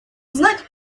знать